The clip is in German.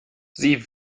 sie